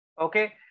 Okay